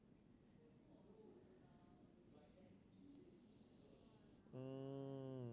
mm